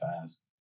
fast